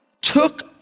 took